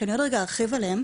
שאני עוד רגע ארחיב עליהם.